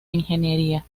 ingeniería